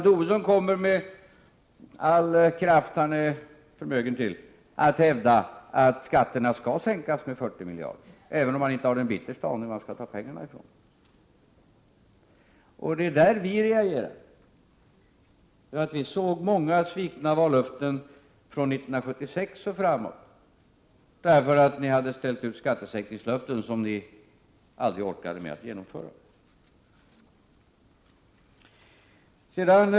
Tobisson kommer med all kraft han är förmögen att hävda att skatterna skall sänkas med 40 miljarder kronor, även om han inte har den yttersta aning om var han skall ta pengarna ifrån. Det är då vi reagerar. Vi såg många svikna vallöften åren 1976 och framåt, därför att ni hade utlovat skattesänkningar som ni aldrig orkade genomföra.